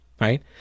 right